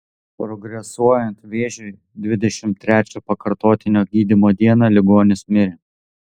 progresuojant vėžiui dvidešimt trečią pakartotinio gydymo dieną ligonis mirė